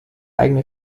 eigene